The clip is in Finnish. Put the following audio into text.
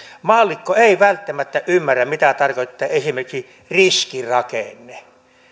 maallikko ei välttämättä ymmärrä mitä tarkoittaa esimerkiksi riskirakenne